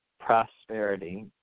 prosperity